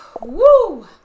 Woo